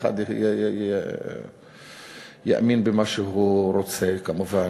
מזמין את חבר הכנסת מוחמד ברכה, בבקשה, אדוני.